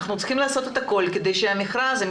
אנחנו צריכים לעשות את הכול כדי שהמכרז יצא.